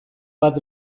bat